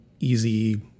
easy